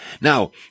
Now